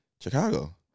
Chicago